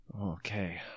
Okay